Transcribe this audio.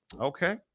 Okay